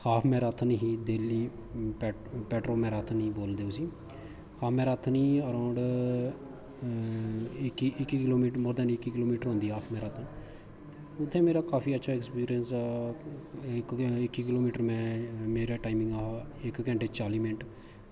half marathon ही डेल्ली पैट्रो marathon ही बोलदे उस्सी हां मैराथन ही अराउंड़ इक्की किलो मीटर होंदी हाफ मैराथन उत्थै मेरा काफी अच्छा अक्सपिरिंस इक्की किलो मीटर मेरा टाईमिंग हा इक घैंटा चाली मिंट